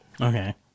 Okay